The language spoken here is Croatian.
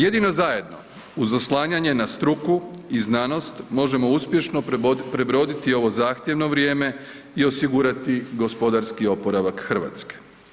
Jedino zajedno uz oslanjanje na struku i znanost možemo uspješno prebroditi ovo zahtjevno vrijeme i osigurati gospodarski oporavak Hrvatske.